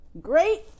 Great